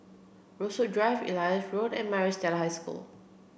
Rosewood Drive Elias Road and Maris Stella High School